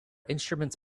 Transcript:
instruments